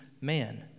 man